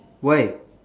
why